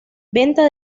venta